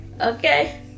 Okay